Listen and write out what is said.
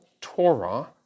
Torah